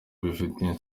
bifitanye